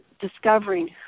discovering